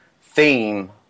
theme